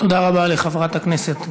תודה רבה לחברת הכנסת גרמן.